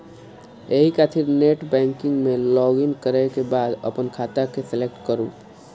एहि खातिर नेटबैंकिग मे लॉगइन करै के बाद अपन खाता के सेलेक्ट करू